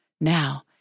Now